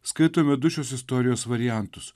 skaitome du šios istorijos variantus